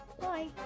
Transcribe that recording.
Bye